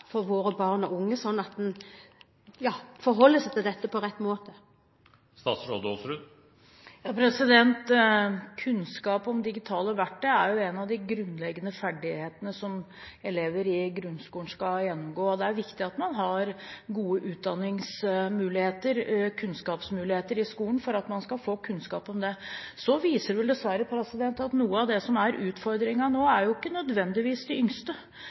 våre barn og unge, slik at en forholder seg til dette på rett måte? Kunnskap om digitale verktøy er jo en av de grunnleggende ferdighetene som elever i grunnskolen skal gjennomgå. Det er viktig at man har gode utdanningsmuligheter og kunnskapsmuligheter i skolen for at man skal få kunnskap om det. Så viser det seg vel dessverre at noe av det som er utfordringen nå, ikke nødvendigvis er de yngste.